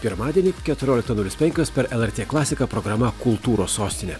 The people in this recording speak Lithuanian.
pirmadienį keturioliktą nulis penkios per lrt klasiką programa kultūros sostinė